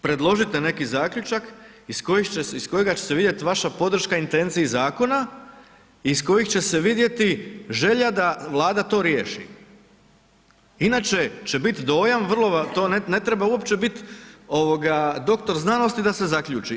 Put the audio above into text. Predložite neki zaključak iz kojega će se vidjet vaša podrška intenciji zakona, iz kojih će se vidjeti želja da Vlada to riješi inače će bit dojam vrlo, to ne treba uopće bit doktor znanosti da se zaključi.